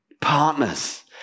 Partners